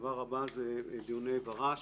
הדבר הבא הוא דיוני ור"ש.